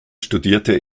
studierte